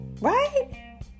right